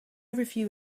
review